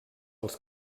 als